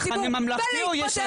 מחנה ממלכתי או יש עתיד?